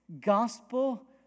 gospel